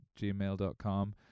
gmail.com